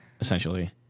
essentially